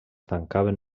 tancaven